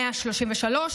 133, 134,